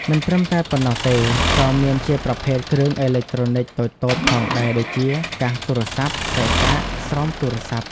មិនត្រឹមតែប៉ុណ្ណោះទេក៏មានជាប្រភេទគ្រឿងអេឡិចត្រូនិចតូចៗផងដែរដូចជា កាសទូរស័ព្ទ ខ្សែសាក ស្រោមទូរស័ព្ទ ។